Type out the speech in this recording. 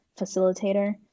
facilitator